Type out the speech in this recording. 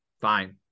fine